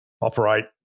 operate